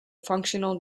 functional